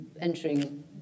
entering